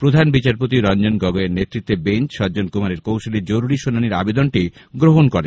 প্রধান বিচারপতি রঞ্জন গগৈ এর নেতৃত্বে বেঞ্চ সজ্জন কুমারের কৌসুলীর জরুরী শুনানির আবেদনটি গ্রহণ করেন